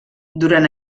durant